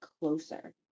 closer